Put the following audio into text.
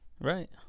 Right